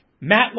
Matt